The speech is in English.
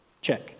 check